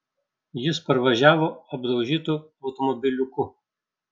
jis parvažiavo apdaužytu automobiliuku